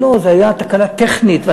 זאת הייתה תקלה טכנית.